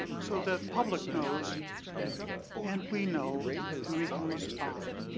so that public knows and we know and we can respond.